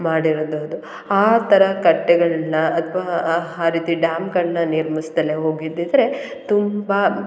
ಮಾಡಿರೋದು ಅದು ಆ ಥರ ಕಟ್ಟೆಗಳನ್ನ ಅಥವಾ ಆ ಆ ರೀತಿ ಡ್ಯಾಮ್ಗಳನ್ನ ನಿರ್ಮಿಸದಲೇ ಹೋಗಿದ್ದಿದ್ದರೆ ತುಂಬ